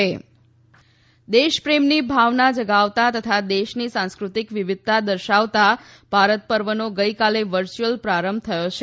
ભારત પર્વ દેશપ્રેમની ભાવના જગાવતા તથા દેશની સાંસ્કૃતિક વિવિધતા દર્શાવતા ભારત પર્વનો ગઇકાલે વરર્યુઅલ પ્રારંભ થયો છે